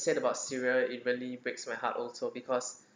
said about syria it really breaks my heart also because